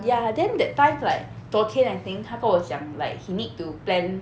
ya then that time like 昨天 I think 他跟我讲 like he need to plan